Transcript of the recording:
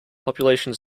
population